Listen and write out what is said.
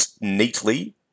neatly